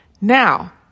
Now